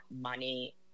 money